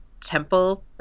temple